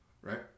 Right